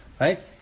right